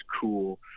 cool